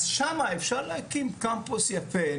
אז שמה אפשר להקים קמפוס יפה,